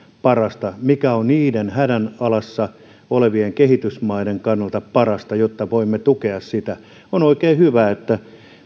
parasta mikä on niiden hädässä olevien kehitysmaiden kannalta parasta jotta voimme tukea sitä on oikein hyvä että